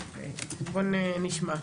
בוא נשמע.